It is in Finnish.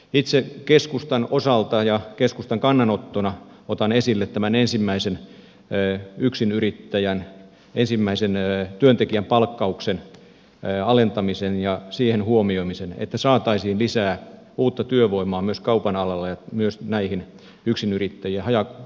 itse keskustan osalta ja keskustan kannanottona otan esille tämän yksinyrittäjän ensimmäisen työntekijän palkkauksen alentamisen ja sen huomioimisen että saataisiin lisää uutta työvoimaa myös kaupan alalla ja myös näihin yksinyrittäjähaja asutuskauppoihin